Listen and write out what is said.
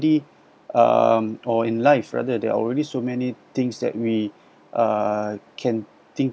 the um or in life rather there are already so many things that uh we can think